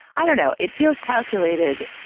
i don't know. it feels calculated,